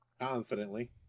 confidently